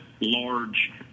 large